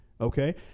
okay